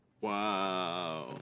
Wow